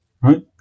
right